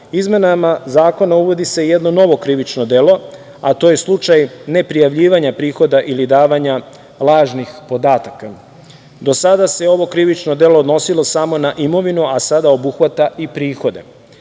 dinara. Izmenama zakona uvodi se jedno novo krivično delo, a to je slučaj neprijavljivanja prihoda ili davanja lažnih podataka. Do sada se ovo krivično delo odnosilo samo na imovinu, a sada obuhvata i prihode.